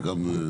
יש גם עוד.